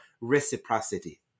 reciprocity